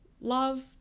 love